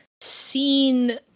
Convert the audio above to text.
seen